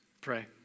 Pray